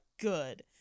good